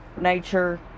nature